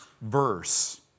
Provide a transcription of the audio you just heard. verse